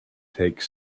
take